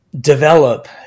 develop